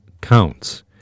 counts